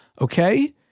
okay